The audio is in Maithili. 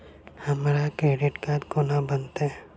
हमरा क्रेडिट कार्ड कोना बनतै?